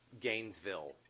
Gainesville